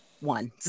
one